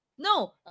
No